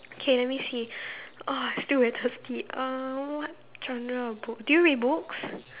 okay let me see !ugh! still very thirsty uh what genre of book do you read books